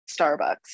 Starbucks